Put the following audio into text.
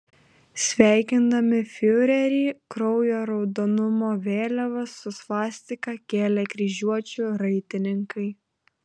sveikindami fiurerį kraujo raudonumo vėliavas su svastika kėlė kryžiuočių raitininkai